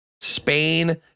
Spain